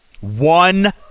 one